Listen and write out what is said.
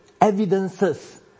evidences